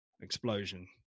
explosion